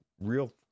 real